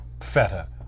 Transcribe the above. feta